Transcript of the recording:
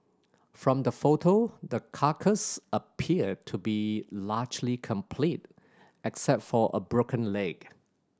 from the photo the carcass appeared to be largely complete except for a broken leg